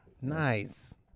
nice